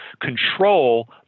control